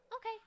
Okay